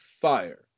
fire